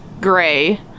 gray